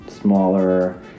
smaller